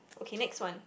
okay next one